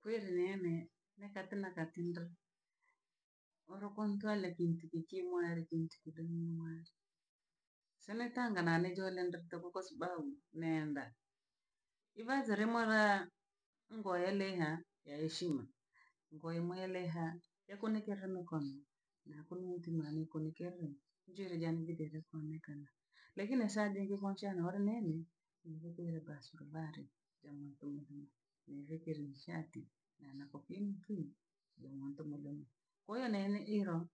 Kwere neene ne kati na katinda olokontware kintikikimware kinti ki domu mware. Serekanga nane jolengda topo kwa sababu neenda, ivaazelemoraa ngoyeleha ya heshima. Ngoye mweleha ekonekerenokome nakomuntumra nikome keremo njere jane jiteja kwonekana, lakini sadege konchana na wala nienie viivo kuera basukabare jamnonto mnomno nihekere nishati na- na kofimuntu. Oya nene ilo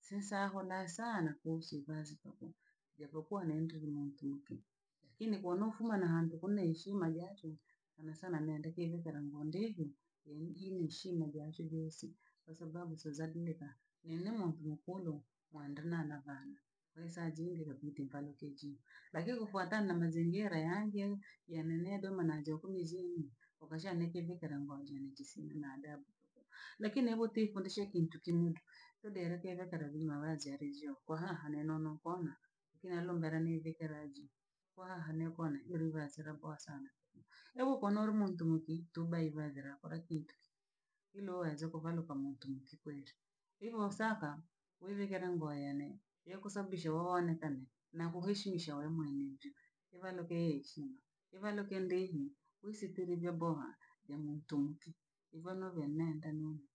sinsa ahona sana kuhusu vazi kakwo, japokuwa naendra muntunuki, lakini kwa anaofuma na hanze kona heshima yatu anasana nende kinhu karamhonde vuu venye yingyi shimo vya chugusi kwa sababu sozakuneka, nene numwopuopolo mwandri na na anii haisajirirokuitevalukeji, lakini kufuatana na mazingira yangye ya nene doma na jokomizii, okoshanekevii karamngonje netisii na adabu. Lakini bhote kondenshee intu kimuntu lodere kevyo kara mumawazya lezyo ko haha ne nono kona lakini nelombela ne vitara jii. Ko haha ne kwona nili bha hasira boa sana. Ebhu konuorimuntu munki tubhaivazira paka kinte, ilo uweze kovalokamuntu munki kweli. ivo osaka wevikera nguo ienee ye kusabisha wuonekane na kuheshimisha we mwenyeji evalokeye heshima evaluke ndenhi uisitiri boha vya muntu munki ivonevenenda nonii.